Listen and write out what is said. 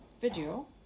video